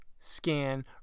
scan